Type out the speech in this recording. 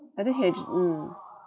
I think he agi~ mm